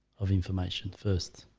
of information first